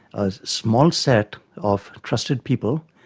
a small set of trusted people,